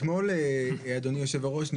אתמול אדוני יושב הראש,